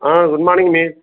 ah good morning miss